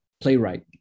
playwright